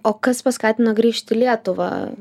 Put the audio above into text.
o kas paskatino grįžt į lietuvą